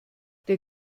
der